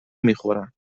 میخورن